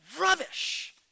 rubbish